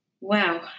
Wow